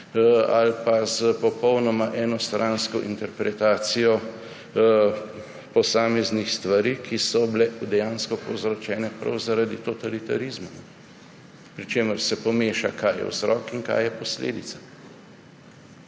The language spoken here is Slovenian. ali pa s popolnoma enostransko interpretacijo posameznih stvari, ki so bile dejansko povzročene prav zaradi totalitarizma, pri čemer se pomeša, kaj je vzrok in kaj je posledica.